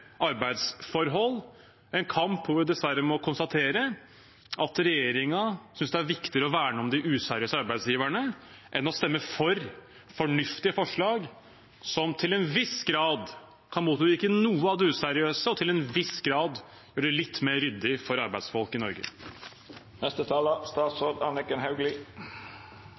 arbeidsforhold, en kamp hvor vi dessverre må konstatere at regjeringen synes det er viktigere å verne om de useriøse arbeidsgiverne enn å stemme for fornuftige forslag, som til en viss grad kan motvirke noe av det useriøse, og til en viss grad gjøre det litt mer ryddig for arbeidsfolk i Norge.